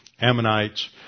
Ammonites